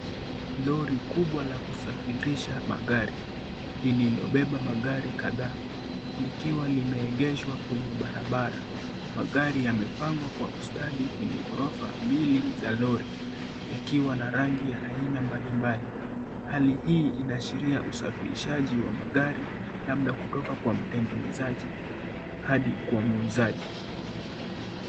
Lori kubwa la kusafirisha magari, lililobeba magari kadhaa, likiwa limeegeshwa kwenye barabara. Magari yamepangwa kwa ustadi kwenye ghorofa mbili za lori, yakiwa na rangi ya aina mbalimbali. Hali hii inaashiria usafirishaji wa magari , labda kutoka kwa mtengenezaji hadi kwa muuzaji.